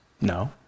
No